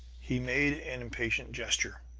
he made an impatient gesture.